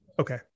okay